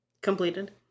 completed